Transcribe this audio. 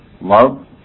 love